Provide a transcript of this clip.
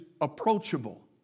approachable